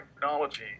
technology